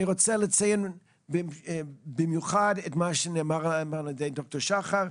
אני רוצה לציין במיוחד את מה שנאמר על ידי דוקטור שחר,